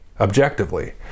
objectively